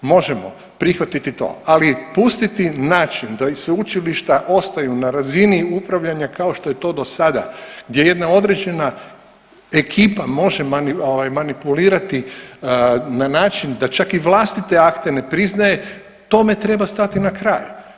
Možemo prihvatiti to, ali pustiti način da i sveučilišta ostanu na razini upravljanja, kao što je to do sada, gdje je jedna određena ekipa može manipulirati na način da čak i vlastite akte ne priznaje, tome treba stati na kraj.